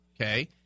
Okay